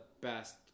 best